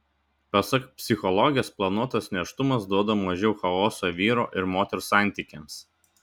pasak psichologės planuotas nėštumas duoda mažiau chaoso vyro ir moters santykiams